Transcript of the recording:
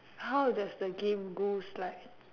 how does the game goes like